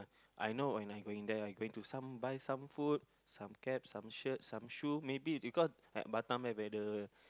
I know and I going there I going to some buy some food some cap some shirt some shoe maybe because like Batam there whether